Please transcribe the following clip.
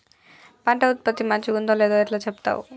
పంట ఉత్పత్తి మంచిగుందో లేదో ఎట్లా చెప్తవ్?